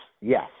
yes